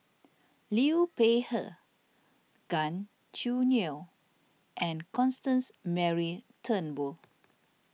Liu Peihe Gan Choo Neo and Constance Mary Turnbull